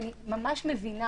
ואני ממש מבינה